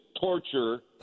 torture